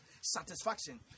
satisfaction